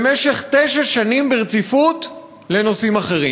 במשך תשע שנים ברציפות, לנושאים אחרים.